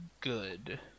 good